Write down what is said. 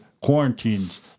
quarantines